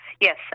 Yes